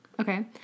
Okay